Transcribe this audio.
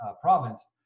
province